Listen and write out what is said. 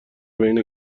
بین